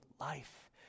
life